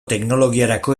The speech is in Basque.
teknologiarako